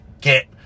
get